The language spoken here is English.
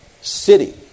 city